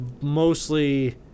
mostly